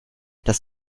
das